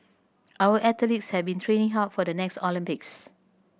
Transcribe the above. our athletes have been training hard for the next Olympics